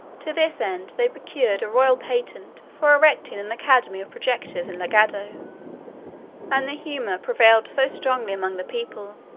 to this end, they procured a royal patent for erecting an academy of projectors in lagado and the humour prevailed so strongly among the people,